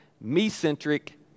me-centric